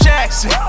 Jackson